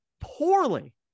poorly